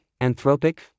Anthropic